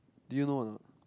do you know or not